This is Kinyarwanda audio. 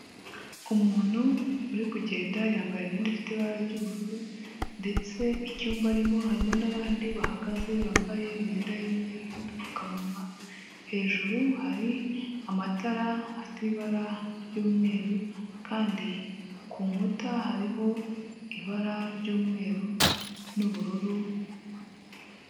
Umuntu uri kugenda yambaye imyenda ifite ibara ry'ubururu, ndetse icyumba arimo harimo n'abandi bahagaze bambaye imyenda y'imyeru n'dupfukamuwa, hejuru hari amatara afite ibara ry'umweru kandi ku nkuta hariho ibara ry'umweru n'ubururu